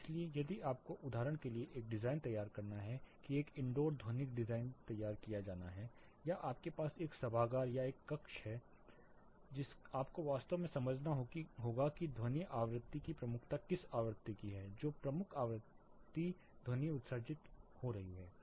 इसलिए यदि आपको उदाहरण के लिए एक डिजाइन तैयार करना है एक इनडोर ध्वनिक डिजाइन किया जाना हैया आपके पास एक सभागार या एक कक्षा है आपको वास्तव में समझना होगा कि ध्वनि आवृत्ति की प्रमुखता किस आवृत्ति की है जो प्रमुख आवृत्ति ध्वनि उत्सर्जित हो रही है